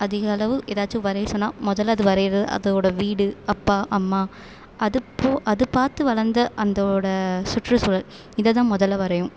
அதிகளவு எதாச்சும் வரைய சொன்னால் முதல்ல அது வரையறது அதோட வீடு அப்பா அம்மா அது போ அது பார்த்து வளர்ந்த அந்தோட சுற்றுசுழல் இதைதான் முதல்ல வரையும்